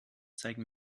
zeige